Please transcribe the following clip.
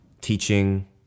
Teaching